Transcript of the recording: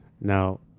Now